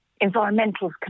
environmental